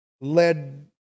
led